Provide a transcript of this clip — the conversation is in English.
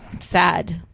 sad